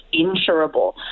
insurable